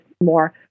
more